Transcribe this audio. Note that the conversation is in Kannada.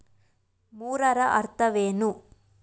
ಮೂರರ ಅರ್ಥವೇನು?